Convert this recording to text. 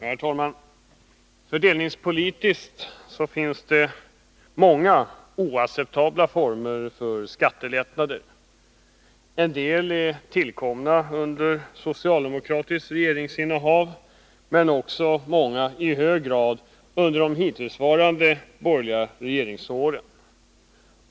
Herr talman! Fördelningspolitiskt sett finns det många oacceptabla former för skattelättnader. En del är tillkomna under socialdemokratiskt regeringsinnehav, men i hög grad har sådana tillkommit under de hittillsvarande borgerliga regeringsåren.